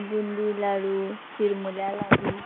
बुंदी लाडू चिरमुल्या लाडू